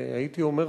והייתי אומר,